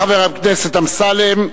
חבר הכנסת אמסלם.